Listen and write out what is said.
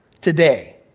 today